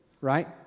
right